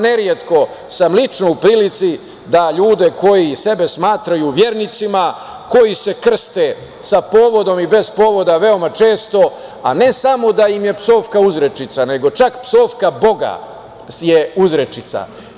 Neretko sam lično u prilici da ljude koji sebe smatraju vernicima, koji se krste sa povodom i bez povoda veoma često, a ne samo da im je psovka uzrečica, nego čak psovka Boga je uzrečica.